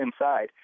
inside